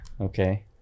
okay